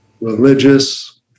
religious